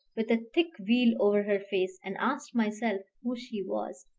with a thick veil over her face and asked myself who she was,